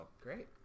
Great